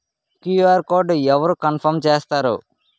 QR code అవరు confirm చేస్తారు?